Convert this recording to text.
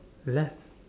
left